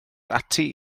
ati